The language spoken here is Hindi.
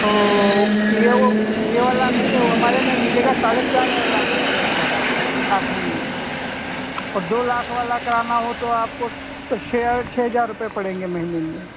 तो ये वो ये वाला नहीं होगा हमारे में मिलेगा साढ़े चार वार लाख रुपये लगभग आखिरी में और दो लाख वाला कराना हो तो आपको तो छः छः हजार रुपये पड़ेंगे महीने में